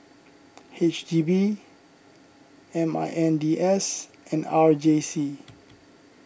H D B M I N D S and R J C